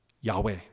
Yahweh